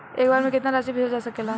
एक बार में केतना राशि भेजल जा सकेला?